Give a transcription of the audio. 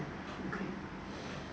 okay